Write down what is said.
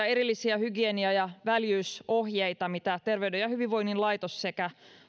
erillisiä hygienia ja väljyysohjeita mitä terveyden ja hyvinvoinnin laitos sekä